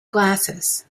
glasses